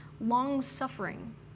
long-suffering